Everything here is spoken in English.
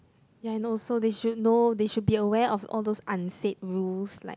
ya I know so they should know they should be aware of all those unsaid rules like